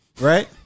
right